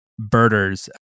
birders